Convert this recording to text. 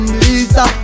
Lisa